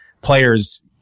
players